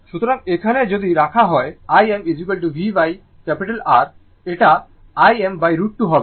সুতরাং এখানে যদি রাখা হয় Im VmR এটা Im√ 2 হবে